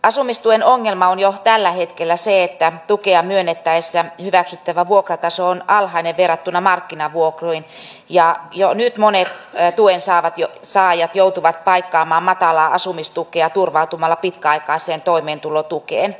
asumistuen ongelma on jo tällä hetkellä se että tukea myönnettäessä hyväksyttävä vuokrataso on alhainen verrattuna markkinavuokriin ja jo nyt monet tuensaajat joutuvat paikkaamaan matalaa asumistukea turvautumalla pitkäaikaiseen toimeentulotukeen